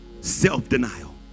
self-denial